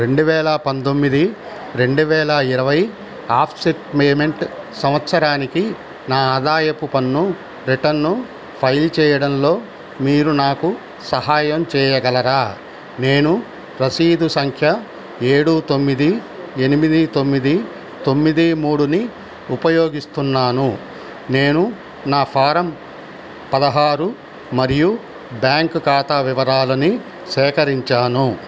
రెండు వేల పంతొమ్మిది రెండు వేల ఇరవై అసెస్మెంట్ సంవత్సరానికి నా ఆదాయపు పన్ను రిటర్న్ను ఫైల్ చేయడంలో మీరు నాకు సహాయం చేయగలరా నేను రసీదు సంఖ్య ఏడు తొమ్మిది ఎనిమిది తొమ్మిది తొమ్మిది మూడుని ఉపయోగిస్తున్నాను నేను నా ఫారం పదహారు మరియు బ్యాంక్ ఖాతా వివరాలని సేకరించాను